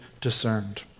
discerned